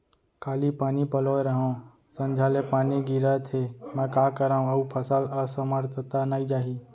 काली पानी पलोय रहेंव, संझा ले पानी गिरत हे, मैं का करंव अऊ फसल असमर्थ त नई जाही?